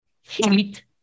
heat